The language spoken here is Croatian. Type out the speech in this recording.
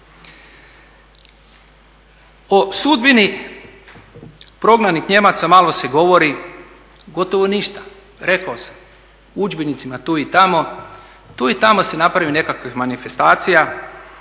O sudbini prognanih Nijemaca malo se govori, gotovo ništa. Rekao sam, u udžbenicima tu i tamo, tu i tamo se napravi nekakvih manifestacija